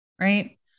right